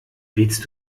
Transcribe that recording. willst